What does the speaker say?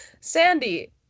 Sandy